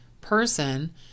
person